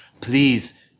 Please